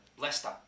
Leicester